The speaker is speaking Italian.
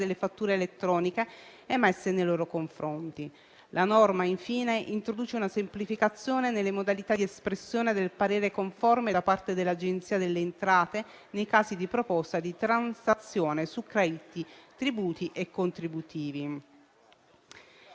delle fatture elettroniche emesse nei loro confronti. La norma infine introduce una semplificazione nelle modalità di espressione del parere conforme da parte dell'Agenzia delle entrate nei casi di proposta di transazione su crediti, tributi e contributi.